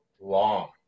long